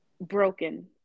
broken